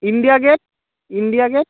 India gate India gate